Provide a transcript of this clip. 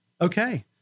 Okay